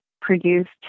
produced